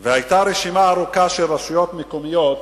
היתה רשימה ארוכה של רשויות מקומיות